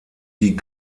die